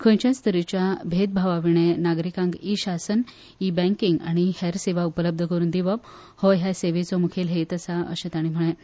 खयचेच तरेच्या भेदभावाविणे नागरिकांक ई शासन ई बँकिंग आनी हेर सेवा उपलब्ध करून दिवप हो ह्या सेवेचो मुखेल हेत आसा अशें तांणी म्हळें